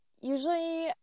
usually